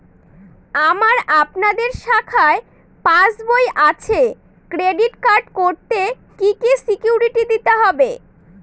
আমার আপনাদের শাখায় পাসবই আছে ক্রেডিট কার্ড করতে কি কি সিকিউরিটি দিতে হবে?